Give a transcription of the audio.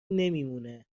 نمیمونه